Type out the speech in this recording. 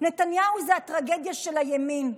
נתניהו זה הטרגדיה של הימין,